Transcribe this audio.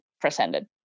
presented